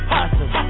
Hustle